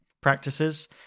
practices